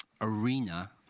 arena